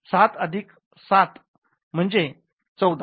सात अधिक सात म्हणजे १४